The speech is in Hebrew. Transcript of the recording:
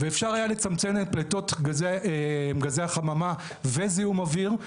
אפשר היה לצמצם את פליטות גזי החממה וזיהום האוויר,